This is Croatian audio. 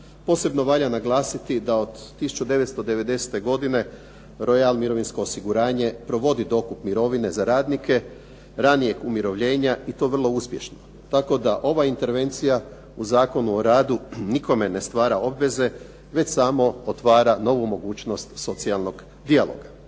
Posebno valja naglasiti da od 1990. godine Royal mirovinsko osiguranje provodi dokup mirovine za radnike ranijeg umirovljenja i to vrlo uspješno, tako da ova intervencija u Zakonu o radu nikome ne stvara obveze već samo otvara novu mogućnost socijalnog dijaloga.